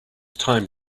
time